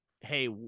hey